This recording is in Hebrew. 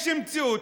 יש מציאות,